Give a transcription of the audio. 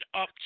up